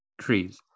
trees